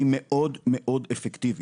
היא מאוד-מאוד אפקטיבית.